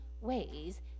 ways